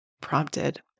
prompted